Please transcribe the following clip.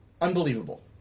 Unbelievable